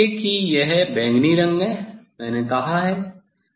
आप देखेंगे कि यह बैंगनी रंग है मैंने कहा है